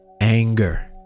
anger